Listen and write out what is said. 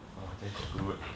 !wah! that's good